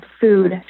food